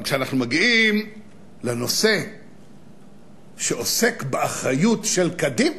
רק כשאנחנו מגיעים לנושא שעוסק באחריות של קדימה,